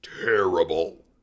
terrible